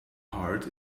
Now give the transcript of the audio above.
heart